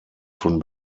von